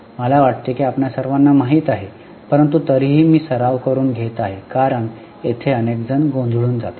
मला वाटते की आपणा सर्वांना माहित आहे परंतु तरीही मी सराव करून घेत आहे कारण येथे अनेकजण गोंधळून जातात